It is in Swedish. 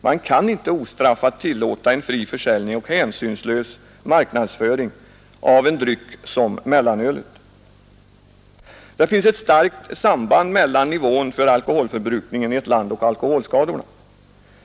Man kan inte ostraffat tillåta en fri försäljning och hänsynslös marknadsföring av en dryck som mellanölet. Det finns ett starkt samband mellan nivån för alkoholförbrukningen i ett land och alkoholskadorna.